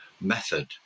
method